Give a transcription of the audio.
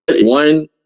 one